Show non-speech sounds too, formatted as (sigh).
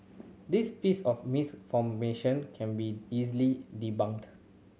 this piece of (unintelligible) can be easily debunked